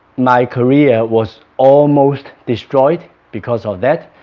my career was almost destroyed because of that